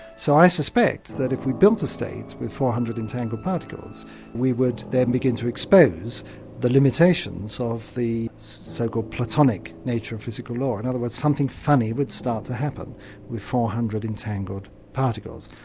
so i suspect that if we built a state with four hundred entangled particles we would then begin to expose the limitations of the so-called platonic nature of physical law. in other words, something funny would start to happen with four hundred entangled particles.